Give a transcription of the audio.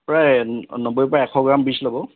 প্ৰায় নব্বৈৰ পৰা এশগ্ৰাম বীজ ল'ব